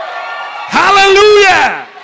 Hallelujah